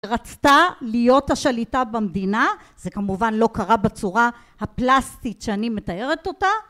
רצתה להיות השליטה במדינה, זה כמובן לא קרה בצורה הפלסטית שאני מתארת אותה